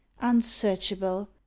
unsearchable